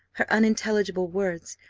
her unintelligible words,